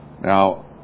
Now